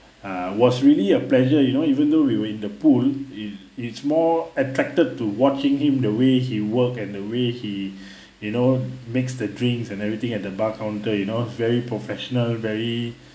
ah was really a pleasure you know even though we were in the pool is it's more attracted to watching him the way he work and the way he you know makes the drinks and everything at the bar counter you know very professional very